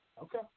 Okay